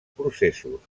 processos